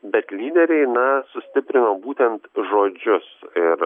bet lyderiai na sustiprino būtent žodžius ir